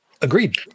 Agreed